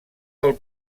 del